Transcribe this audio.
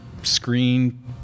Screen